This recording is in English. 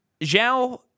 Zhao